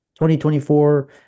2024